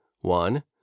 one